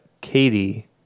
Katie